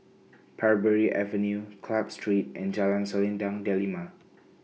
Parbury Avenue Club Street and Jalan Selendang Delima